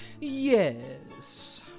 Yes